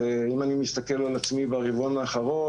ואם אני מסתכל על עצמי ברבעון האחרון,